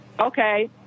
okay